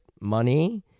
Money